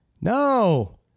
No